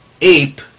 ape